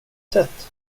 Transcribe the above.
sett